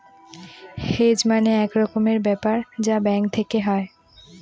hedge মানে এক রকমের ব্যাপার যা ব্যাঙ্ক থেকে হয়